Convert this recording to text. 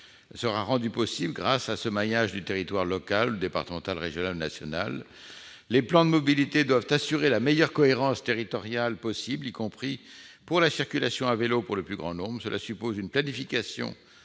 sera rendu possible grâce à ce maillage du territoire local, départemental, régional et national. Les plans de mobilité doivent assurer la meilleure cohérence territoriale possible, y compris pour la circulation à vélo du plus grand nombre. Cela suppose une planification